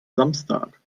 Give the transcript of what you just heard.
samstag